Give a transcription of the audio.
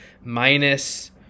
minus